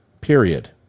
period